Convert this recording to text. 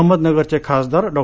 अहमदनगरचे खासदार डॉ